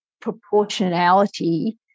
proportionality